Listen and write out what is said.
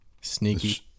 Sneaky